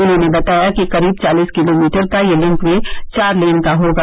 उन्होंने बताया कि करीब चालीस किलोमीटर का यह लिंक वे चार लेन का होगा